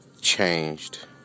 Changed